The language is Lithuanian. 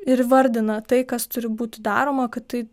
ir įvardina tai kas turi būti daroma kad tai